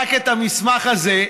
רק את המסמך הזה,